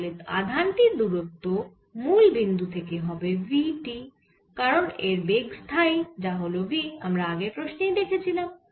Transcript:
তাহলে আধান টির দূরত্ব মুল বিন্দু থেকে হবে v t কারণ এর বেগ স্থায়ী যা হল v আমরা আগের প্রশ্নেই দেখেছিলাম